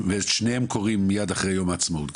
ואת שניהם קוראים מיד אחרי יום העצמאות.